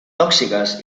tòxiques